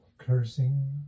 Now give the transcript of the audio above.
cursing